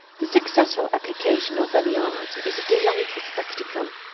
the successful application of any art is a delightful spectacle,